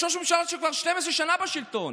יש ראש ממשלה שכבר 12 שנה בשלטון.